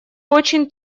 очень